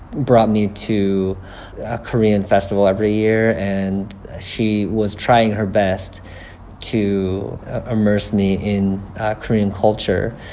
brought me to korean festival every year. and she was trying her best to immerse me in korean culture.